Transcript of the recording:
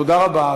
תודה רבה.